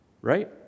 Right